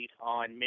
on